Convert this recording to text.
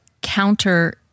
counter